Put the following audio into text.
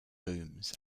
booms